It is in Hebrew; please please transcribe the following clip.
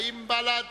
האם בל"ד